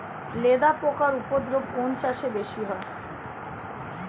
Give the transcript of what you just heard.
লেদা পোকার উপদ্রব কোন চাষে বেশি হয়?